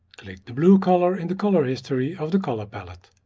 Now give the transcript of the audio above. click the blue color in the color history of the color palette.